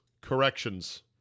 corrections